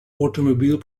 automobile